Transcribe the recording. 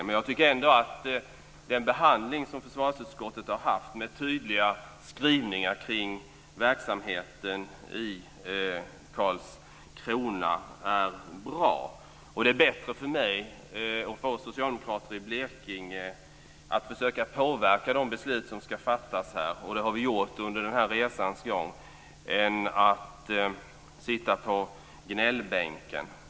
Men jag tycker ändå att den behandling som försvarsutskottet har haft och utskottets tydliga skrivningar kring verksamheten i Karlskrona är bra. Det är bättre för mig och för socialdemokraterna i Blekinge att försöka att påverka de beslut som skall fattas här, och det har vi gjort under resans gång, än att sitta på gnällbänken.